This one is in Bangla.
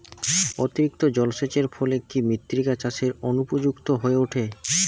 অতিরিক্ত জলসেচের ফলে কি মৃত্তিকা চাষের অনুপযুক্ত হয়ে ওঠে?